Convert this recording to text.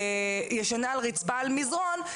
ישנה על רצפה על מזרון,